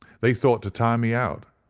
they thought to tire me out,